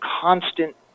constant